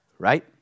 right